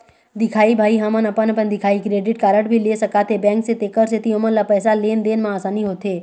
दिखाही भाई हमन अपन अपन दिखाही क्रेडिट कारड भी ले सकाथे बैंक से तेकर सेंथी ओमन ला पैसा लेन देन मा आसानी होथे?